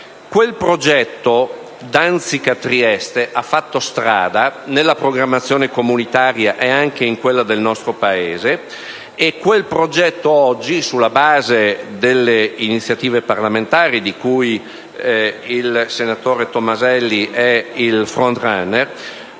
Quel progetto Danzica-Trieste ha fatto strada nella programmazione comunitaria, e anche in quella del nostro Paese, ed oggi le iniziative parlamentari, di cui il senatore Tomaselli è il *front runner*,